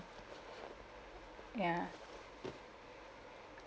ya